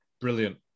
Brilliant